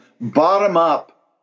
bottom-up